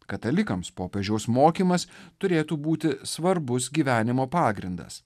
katalikams popiežiaus mokymas turėtų būti svarbus gyvenimo pagrindas